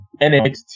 NXT